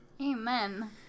Amen